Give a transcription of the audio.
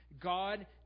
God